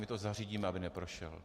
My to zařídíme, aby neprošel.